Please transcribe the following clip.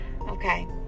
Okay